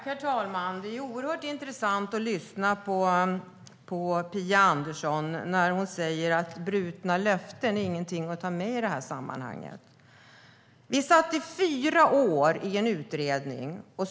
Herr talman! Det är oerhört intressant att lyssna på Phia Andersson när hon säger att brutna löften inte är någonting att ta upp i det här sammanhanget. Vi deltog i fyra år i en utredning.